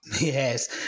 Yes